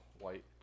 white